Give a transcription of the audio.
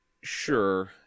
Sure